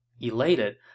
Elated